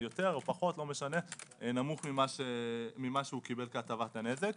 נמוך ממה שקיבל כהטבת הנזק.